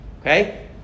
Okay